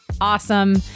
awesome